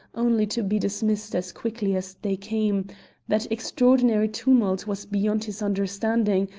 only to be dismissed as quickly as they came that extraordinary tumult was beyond his understanding,